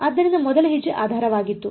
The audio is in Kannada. ಆದ್ದರಿಂದ ಮೊದಲ ಹೆಜ್ಜೆ ಆಧಾರವಾಗಿತ್ತು